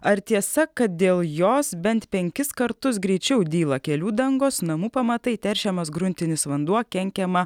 ar tiesa kad dėl jos bent penkis kartus greičiau dyla kelių dangos namų pamatai teršiamas gruntinis vanduo kenkiama